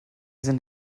sind